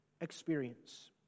experience